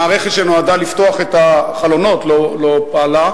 המערכת שנועדה לפתוח את החלונות לא פעלה,